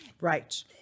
Right